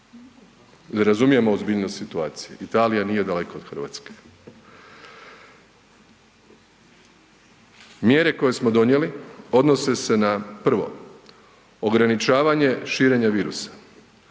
Razumijemo ozbiljnost situacije? Italija nije daleko od RH. Mjere koje smo donijeli odnose se na prvo, ograničavanje širenja virusa,